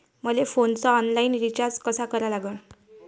मले फोनचा online recharge कसा करा लागन?